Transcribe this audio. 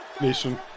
Nation